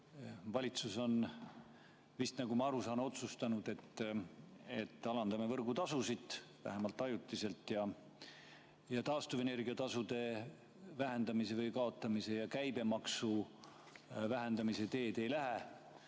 Valitsus on vist, nagu ma aru saan, otsustanud, et alandame võrgutasusid, vähemalt ajutiselt, ja taastuvenergia tasu vähendamise või kaotamise ja käibemaksu vähendamise teed ei lähe.